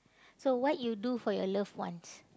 so what you do for your loved ones